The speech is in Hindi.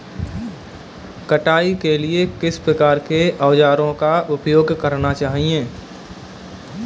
कटाई के लिए किस प्रकार के औज़ारों का उपयोग करना चाहिए?